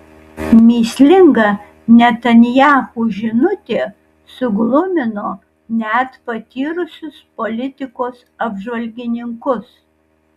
mįslinga netanyahu žinutė suglumino net patyrusius politikos apžvalgininkus